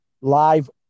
live